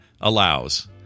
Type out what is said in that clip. allows